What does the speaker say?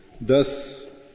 Thus